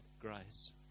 grace